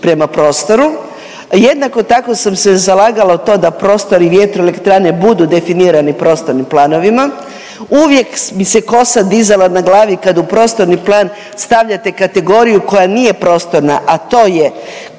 prema prostoru. Jednako tako sam se zalagala to da prostori vjetroelektrane budu definirani prostornim planovima. Uvijek mi se kosa dizala na glavi kad u prostorni plan stavljate kategoriju koja nije prostorna, a to je